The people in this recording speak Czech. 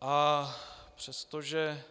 A přestože